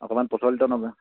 অকণমান প্ৰচলিত নবেল